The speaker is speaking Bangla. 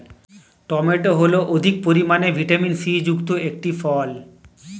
টমেটো হল অধিক পরিমাণে ভিটামিন সি যুক্ত একটি ফল